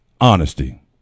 honesty